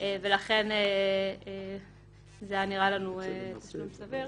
ולכן זה היה נראה לנו סביר.